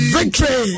Victory